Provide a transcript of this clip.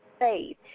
faith